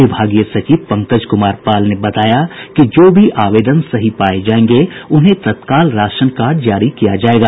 विभागीय सचिव पंकज कुमार पाल ने बताया कि जो भी आवेदन सही पाये जायेंगे उन्हें तत्काल राशन कार्ड जारी किया जायेगा